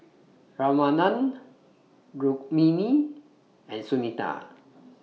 Ramanand Rukmini and Sunita